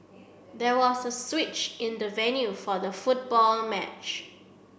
there was a switch in the venue for the football match